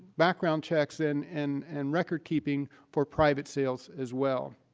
background checks and and and record keeping for private sales as well.